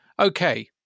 okay